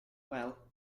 well